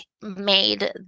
made